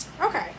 Okay